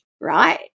right